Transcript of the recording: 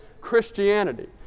Christianity